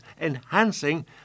enhancing